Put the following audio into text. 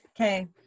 Okay